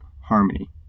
harmony